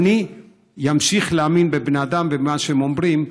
אני אמשיך להאמין בבני אדם ובמה שהם אומרים,